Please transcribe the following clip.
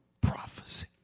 prophecy